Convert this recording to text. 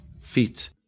feet